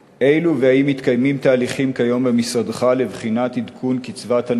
האם מתקיימים כיום במשרדך תהליכים לבחינת עדכון קצבת הנכות,